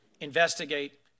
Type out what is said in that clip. investigate